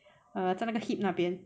err 在那个 hip 那边